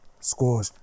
squash